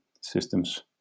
systems